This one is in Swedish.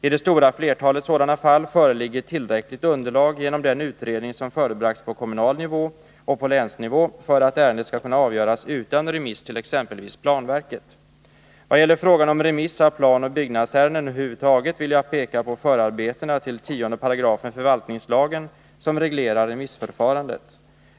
I det stora flertalet sådana fall föreligger tillräckligt underlag genom den utredning som förebragts på kommunal nivå och på länsnivå för att ärendet skall kunna avgöras utan remiss till exempelvis planverket. Vad gäller frågan om remiss av planoch byggnadsärenden över huvud taget vill jag peka på förarbetena till 10 § förvaltningslagen som reglerar remissförfarandet.